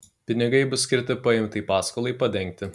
pinigai bus skirti paimtai paskolai padengti